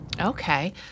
Okay